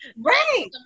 Right